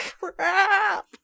crap